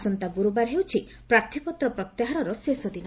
ଆସନ୍ତା ଗୁରୁବାର ହେଉଛି ପ୍ରାର୍ଥୀପତ୍ ପତ୍ୟାହାରର ଶେଷ ଦିନ